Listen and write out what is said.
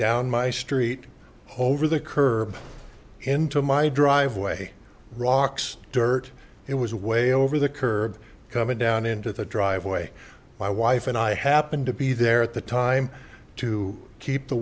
down my street over the curb into my driveway rocks dirt it was way over the curb coming down into the driveway my wife and i happened to be there at the time to keep the